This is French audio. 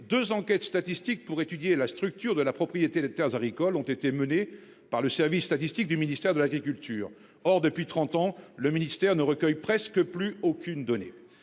2 enquêtes statistiques pour étudier la structure de la propriété de Terres agricoles ont été menées par le service statistique du ministère de l'agriculture. Or depuis 30 ans. Le ministère ne recueille presque plus aucune donnée,